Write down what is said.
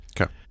Okay